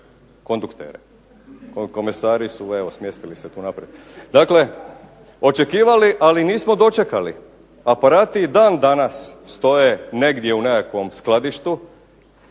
konduktere. Komesari su evo smjestili se tu naprijed. Dakle, očekivali ali nismo dočekali. Aparati i dan danas stoje negdje u nekakvom skladištu